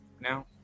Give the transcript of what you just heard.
now